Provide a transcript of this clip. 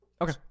Okay